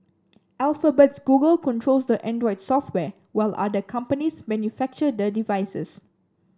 Alphabet's Google controls the Android software while other companies manufacture the devices